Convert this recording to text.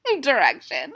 direction